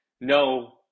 No